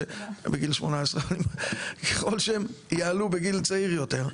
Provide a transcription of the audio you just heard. בגיל 18. ככל שהם יעלו בגיל צעיר יותר,